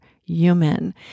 human